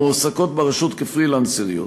המועסקות ברשות כפרילנסריות.